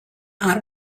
out